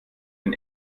den